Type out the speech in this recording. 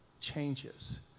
changes